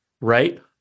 Right